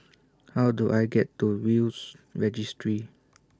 How Do I get to Will's Registry